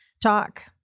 talk